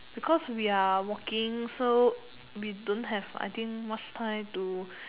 because we are working so we don't have I think much time to